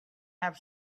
have